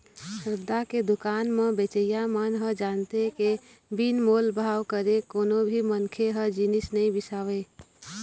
रद्दा के दुकान म बेचइया मन ह जानथे के बिन मोल भाव करे कोनो भी मनखे ह जिनिस नइ बिसावय